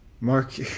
Mark